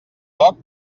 foc